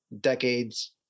decades